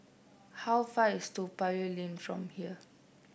how far away is Toa Payoh Lane from here